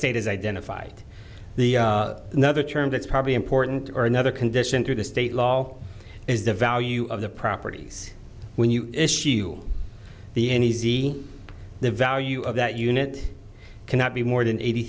state has identified the another term that's probably important or another condition through the state law is the value of the properties when you issue the any easy the value of that unit cannot be more than eighty